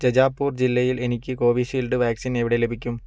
ജജാപൂർ ജില്ലയിൽ എനിക്ക് Covishield vaccine എവിടെ ലഭിക്കും